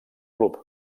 club